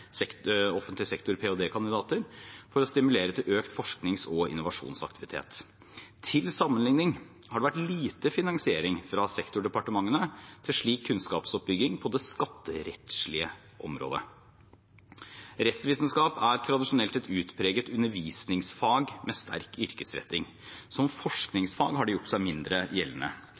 for å stimulere til økt forsknings- og innovasjonsaktivitet. Til sammenligning har det vært lite finansiering fra sektordepartementene til slik kunnskapsoppbygging på det skatterettslige området. Rettsvitenskap er tradisjonelt et utpreget undervisningsfag med sterk yrkesretting. Som forskningsfag har det gjort seg mindre gjeldende.